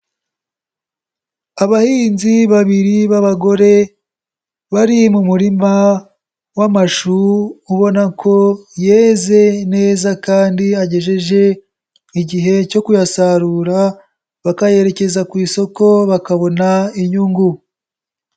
Abahinzi babiri b'abagore bari mu murima w'amashu ubona ko yeze neza kandi agejeje igihe cyo kuyasarura, bakayerekeza ku isoko bakabona inyungu.